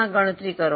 આ ગણતરી કરો